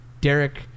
Derek